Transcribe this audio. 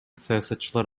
саясатчылар